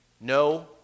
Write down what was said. No